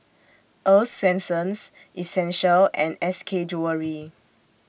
Earl's Swensens Essential and S K Jewellery